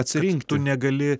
atsirinktų negali